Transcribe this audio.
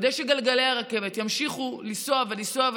כדי שגלגלי הרכבת ימשיכו לנסוע ולנסוע,